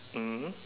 mm